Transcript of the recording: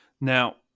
Now